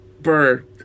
Bird